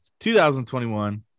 2021